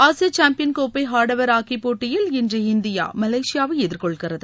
Asia champion கோப்பை ஆடவர் hockey போட்டியில் இன்று இந்தியா மலேசியாவை எதிர்கொள்கிறது